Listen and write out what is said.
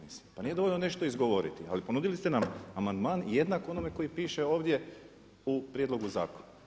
Mislim pa nije dovoljno nešto izgovoriti, ali ponudili ste nam amandman jednak onome koji piše ovdje u prijedlogu zakona.